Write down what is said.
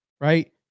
Right